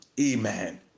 amen